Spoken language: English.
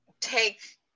take